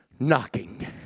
Knocking